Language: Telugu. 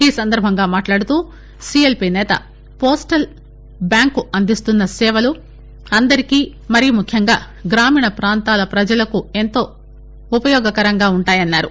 ఈ సందర్బంగా మాట్లాడుతూ సీఎల్పీ నేత పోస్టల్ బ్యాంకు అందిస్తున్న సేవలు అందరికి మరి ముఖ్యంగా గ్రామీణ పాంతాల ప్రజలకు ఎంతో ఉపయోగకరంగా ఉంటాయని అన్నారు